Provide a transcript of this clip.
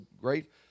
great